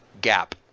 gap